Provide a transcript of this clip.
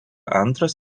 antras